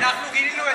אנחנו גילינו,